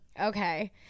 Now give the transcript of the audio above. okay